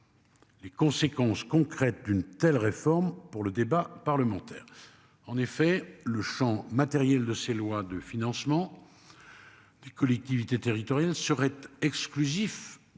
Les conséquences concrètes d'une telle réforme pour le débat parlementaire. En effet le champs. De ces lois de financement. Des collectivités territoriales seraient exclusif